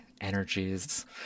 energies